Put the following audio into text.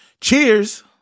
Cheers